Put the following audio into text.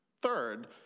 third